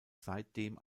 seitdem